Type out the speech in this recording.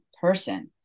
person